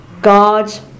God's